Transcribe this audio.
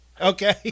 Okay